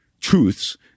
truths